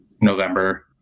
November